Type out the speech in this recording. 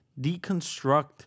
Deconstruct